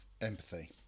empathy